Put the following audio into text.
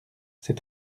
c’est